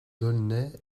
d’aulnay